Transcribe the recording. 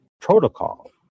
protocol